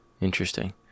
Interesting